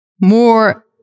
more